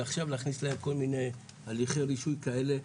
ועכשיו להכניס להם כל מיני הליכי רישוי כאלה.